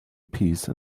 piece